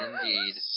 indeed